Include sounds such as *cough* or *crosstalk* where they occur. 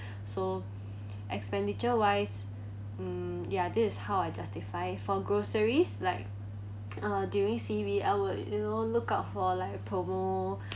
so *breath* expenditure wise mm ya this is how I justify for groceries like uh during C_B I'll you know lookout for like promo